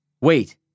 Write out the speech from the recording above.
Wait